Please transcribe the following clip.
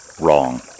wrong